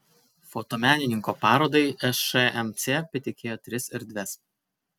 fotomenininko parodai šmc patikėjo tris erdves